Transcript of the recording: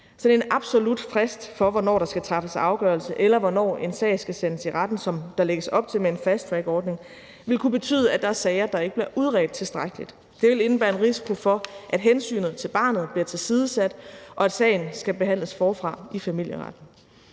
Sådan en absolut frist for, hvornår der skal træffes afgørelse, eller hvornår en sag skal sendes i retten, som der lægges op til med en fasttrackordning, ville kunne betyde, at der er sager, der ikke bliver udredt tilstrækkeligt. Det ville indebære en risiko for, at hensynet til barnet bliver tilsidesat, og at sagen skal behandles forfra i familieretten.